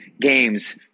games